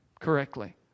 correctly